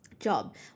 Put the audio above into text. job